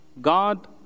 God